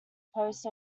post